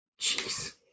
Jeez